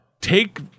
take